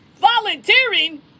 Volunteering